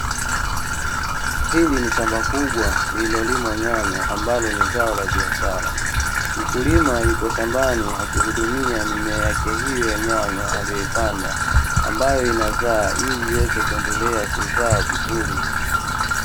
Hili ni shamba kubwa lililolima nyanya ambalo ni zao la biashara, mkulima yupo shambani akihudumia mimea yake hii ya nyanya aliyoipanda ambayo inazaa ili iweze kuendelea kuzaa vizuri.